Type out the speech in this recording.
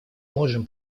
можем